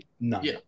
None